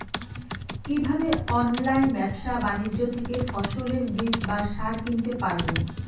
কীভাবে অনলাইন ব্যাবসা বাণিজ্য থেকে ফসলের বীজ বা সার কিনতে পারবো?